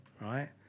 right